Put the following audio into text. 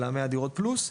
של המאה דירות פלוס.